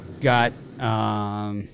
Got –